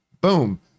Boom